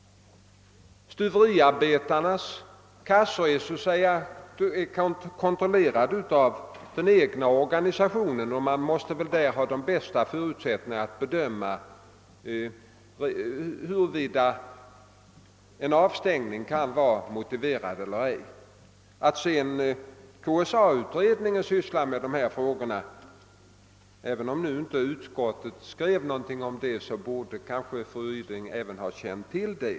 Stuveriarbetarnas arbetslöshetskassor är så att säga kontrollerade av den egna organisationen, och man måste väl inom denna ha de bästa förutsättningarna att bedöma huruvida en avstängning kan vara motiverad eller ej. Även om andra lagutskottet inte skrev någonting om att KSA-utredningen arbetar med dessa frågor, tycker jag att fru Ryding borde ha känt till detta.